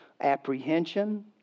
apprehension